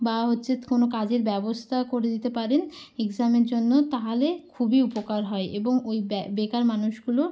বা হচ্ছে কোনও কাজের ব্যবস্থা করে দিতে পারেন এক্সামের জন্য তাহালে খুবই উপকার হয় এবং ওই ব্যা বেকার মানুষগুলো